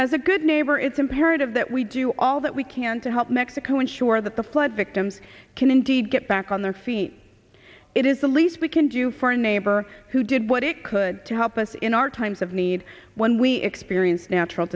as a good neighbor it's imperative that we do all that we can to help mexico ensure that the flood victims can indeed get back on their feet it is the least we can do for a neighbor who did what it could to help us in our times of need when we experience natural